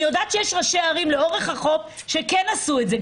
אני יודעת שיש ראשי ערים לאורך החוף שכן עשו את זה,